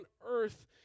earth